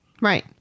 Right